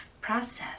process